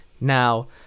Now